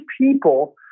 people